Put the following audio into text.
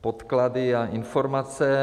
podklady a informace.